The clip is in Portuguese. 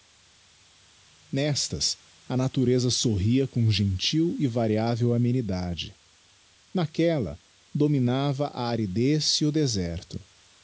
nestas a natureza sorria com gentil e variável amenidade naquelia dominava a aridez e o deserto